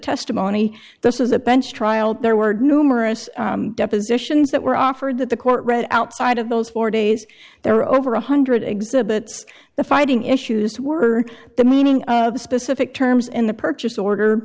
testimony this is a bench trial there were numerous depositions that were offered that the court read outside of those four days there are over one hundred exhibits the fighting issues were the meaning of the specific terms in the purchase order